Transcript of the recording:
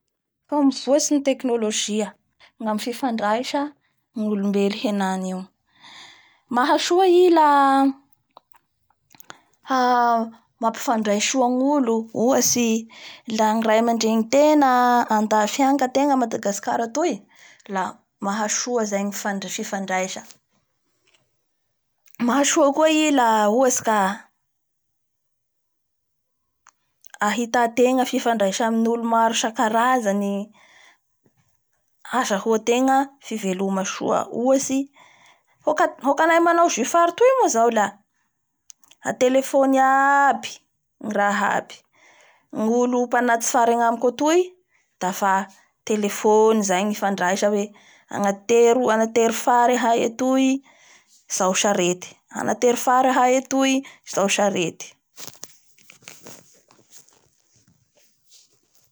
Fa mivoatsy ny tekinilozia gnamin'ny fifandra n'olombelo henany io, mahasoa i laha ha-mampifandray soa ny olo ohatsy la ny raimandreni tegna andafy agny ka tegna a Madagascar atoy la mahasoa zay ny fandr'fifandraisa, mahasoa koa i la ohatsy ka ahitategna fifandraisa amin'ny olo maro isankarazany hazahoantegna fiveloma soa, ohatsy hokay manao jus fary toy moa zaola a tlelefony aby ny raha aby, gnoo mpanatitsy fary agnamiko atoy dafa telefony zay nifandraisa hoe anatero anatero fary ahay atoy, izao sarety anatery fary ahay atoy izao sarety.